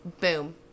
boom